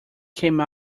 came